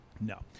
No